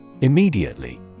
Immediately